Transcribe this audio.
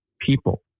people